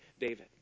David